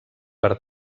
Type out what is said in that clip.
per